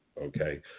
okay